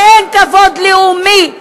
ואין כבוד לאומי,